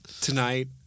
tonight